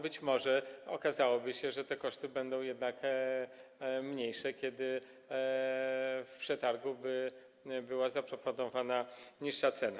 Być może okazałoby się, że te koszty będą jednak mniejsze, kiedy w przetargu by była zaproponowana niższa cena.